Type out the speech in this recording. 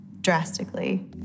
drastically